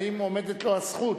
האם עומדת לו הזכות.